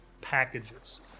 packages